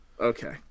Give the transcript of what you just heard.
Okay